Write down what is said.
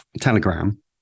Telegram